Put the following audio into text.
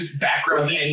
background